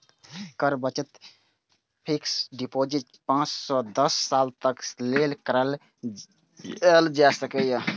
कर बचत fixed deposit पांच सं दस साल तक लेल कराएल जा सकैए